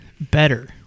better